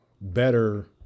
better